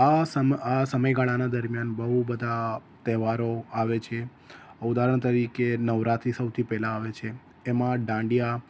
આ સમ આ સમયગાળાના દરમિયાન બહુ બધાં તહેવારો આવે છે ઉદાહરણ તરીકે નવરાત્રી સૌથી પહેલાં આવે છે એમાં દાંડિયા